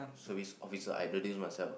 service officer I do this myself